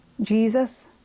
jesus